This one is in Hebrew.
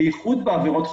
בייחוד בעבירות חמורות,